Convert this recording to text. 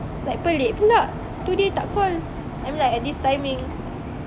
like pelik pulak today tak call and like at this timing